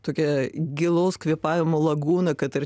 tokią gilaus kvėpavimo lagūną kad ir